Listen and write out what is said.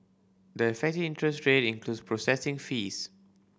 the effective interest rate includes processing fees